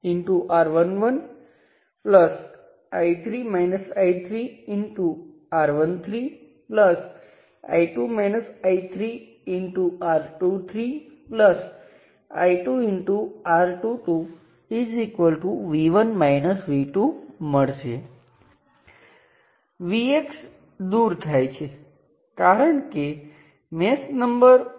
ચાલો કહું કે મારી પાસે અહીં 10 વોલ્ટનો સ્ત્રોત છે મારી પાસે 2 કિલો ઓહ્મ અને 3 કિલો ઓહ્મ છે અને તમે સરળતાથી જોઈ શકો છો કે અહીં વોલ્ટેજ 6 વોલ્ટ છે અને ત્યાં વોલ્ટેજ 4 વોલ્ટ છે અને અહીં કરંટ બે મિલી એમ્પીયર છે